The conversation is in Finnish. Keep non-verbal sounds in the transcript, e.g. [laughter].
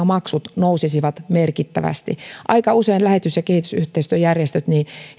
[unintelligible] maksut nousisivat merkittävästi aika usein lähetys ja kehitysyhteistyöjärjestöt